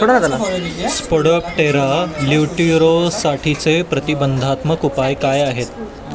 Spodoptera लिट्युरासाठीचे प्रतिबंधात्मक उपाय काय आहेत?